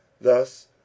Thus